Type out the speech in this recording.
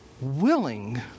willing